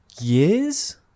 Years